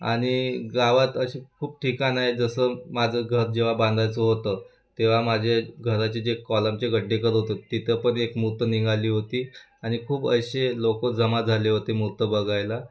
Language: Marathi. आणि गावात असे खूप ठिकाण आहे जसं माझं घर जेव्हा बांधायचं होतं तेव्हा माझे घराचे जे कॉलमचे खड्डे करत होत तिथं पण एक मूर्त निघाली होती आणि खूप असे लोक जमा झाले होते मूर्त बघायला